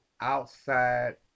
outside